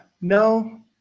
No